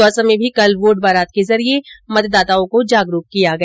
दौसा में भी कल वोट बारात के जरिये मतदाताओं को जागरूक किया गया